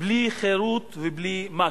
"בלי חרות ובלי מק"י",